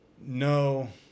No